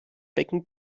becken